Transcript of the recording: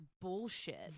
bullshit